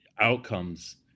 outcomes